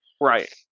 Right